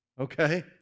okay